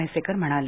म्हैसेकर म्हणाले